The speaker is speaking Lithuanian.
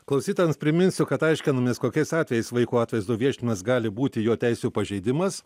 klausytojams priminsiu kad aiškinamės kokiais atvejais vaiko atvaizdų viešinimas gali būti jo teisių pažeidimas